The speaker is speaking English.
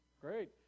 great